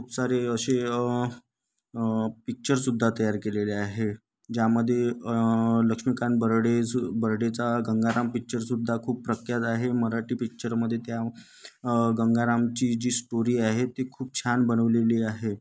खूप सारे असे पिच्चरसुद्धा तयार केलेले आहे ज्यामध्ये लक्ष्मीकांत बेर्डे बेर्डेचा गंगाराम पिच्चरसुद्धा खूप प्रख्यात आहे मराठी पिच्चरमध्ये त्या गंगारामची जी स्टोरी आहे ती खूप छान बनवलेली आहे